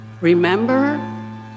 Remember